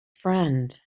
friend